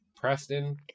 Preston